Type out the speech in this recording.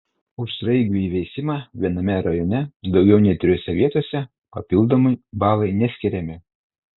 už sraigių įveisimą viename rajone daugiau nei trijose vietose papildomi balai neskiriami